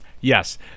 yes